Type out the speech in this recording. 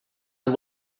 amb